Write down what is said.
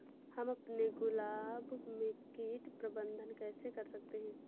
हम अपने गुलाब में कीट प्रबंधन कैसे कर सकते है?